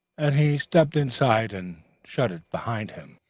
and he stepped inside and shut it behind him.